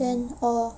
then uh